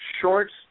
Shorts